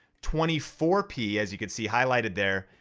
twenty four p as you can see highlighted there,